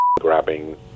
grabbing